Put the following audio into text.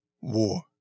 war